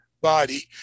body